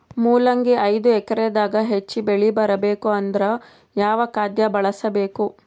ಮೊಲಂಗಿ ಐದು ಎಕರೆ ದಾಗ ಹೆಚ್ಚ ಬೆಳಿ ಬರಬೇಕು ಅಂದರ ಯಾವ ಖಾದ್ಯ ಬಳಸಬೇಕು?